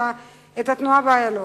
התנועה באיילון,